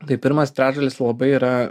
tai pirmas trečdalis labai yra